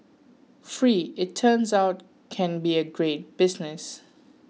free it turns out can be a great business